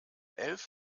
elf